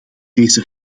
deze